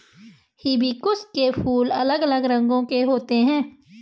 hibiscus के फूल अलग अलग रंगो के होते है